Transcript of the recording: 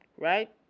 Right